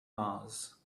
mars